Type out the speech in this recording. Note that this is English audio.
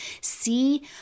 See